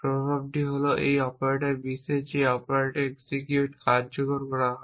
প্রভাব হল এই অপারেটর বিশ্বের যে অপারেটর এক্সিকিউট কার্যকর করা হয়